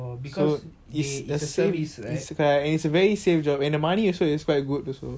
oh because it is a service right oh